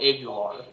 Aguilar